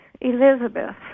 Elizabeth